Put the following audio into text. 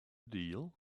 deal